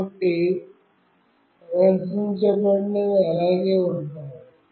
కాబట్టి ప్రదర్శించబడినవి అలాగే ఉంటాయి